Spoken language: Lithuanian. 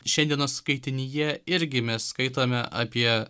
šiandienos skaitinyje irgi mes skaitome apie